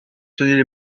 soignait